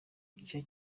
igice